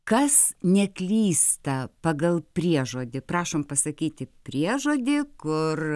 kas neklysta pagal priežodį prašom pasakyti priežodį kur